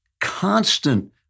constant